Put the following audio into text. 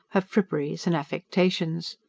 her fripperies and affectations.